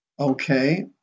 Okay